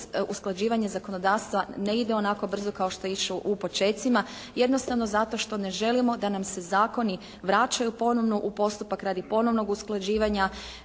usklađivanja zakonodavstva ne ide onako brzo kao što je išao u počecima. Jednostavno zato što ne želimo da nam se zakoni vraćaju ponovo u postupak radi ponovnog usklađivanja